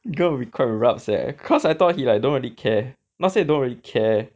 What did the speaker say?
it's going to be quite rabs leh cause I thought he like don't really care not say don't really care